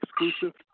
exclusive